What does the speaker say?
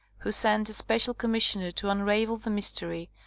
who sent a special commissioner to unravel the mystery,